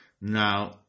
Now